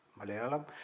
Malayalam